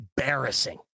embarrassing